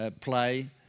play